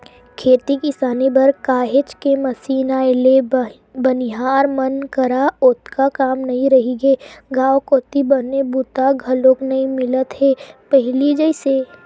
खेती किसानी बर काहेच के मसीन आए ले बनिहार मन करा ओतका काम नइ रहिगे गांव कोती बने बूता घलोक नइ मिलत हे पहिली जइसे